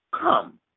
come